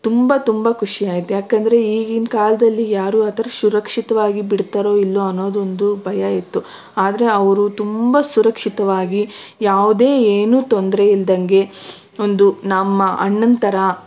ತುಂಬ ತುಂಬ ಖುಷಿಯಾಯಿತು ಯಾಕಂದರೆ ಈಗಿನ ಕಾಲದಲ್ಲಿ ಯಾರು ಆ ಥರ ಸುರಕ್ಷಿತವಾಗಿ ಬಿಡ್ತಾರೋ ಇಲ್ವೋ ಅನ್ನೋದೊಂದು ಭಯ ಇತ್ತು ಆದರೆ ಅವರು ತುಂಬ ಸುರಕ್ಷಿತವಾಗಿ ಯಾವುದೇ ಏನು ತೊಂದರೆ ಇಲ್ದಂಗೆ ಒಂದು ನಮ್ಮ ಅಣ್ಣನ ಥರ